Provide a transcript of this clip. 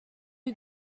you